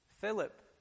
Philip